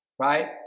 Right